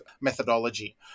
methodology